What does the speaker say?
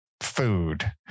food